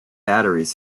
batteries